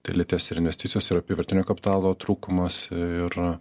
tai lėtės ir investicijos ir apyvartinio kapitalo trūkumas ir